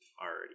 already